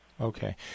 Okay